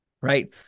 right